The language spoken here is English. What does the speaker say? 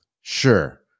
sure